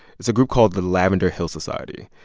it's a group called the lavender hill society.